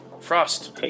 Frost